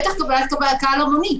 בטח קבלת קהל המונית.